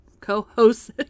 co-host